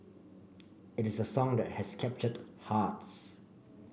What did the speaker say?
it is a song that has captured hearts